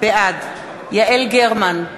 בעד יעל גרמן,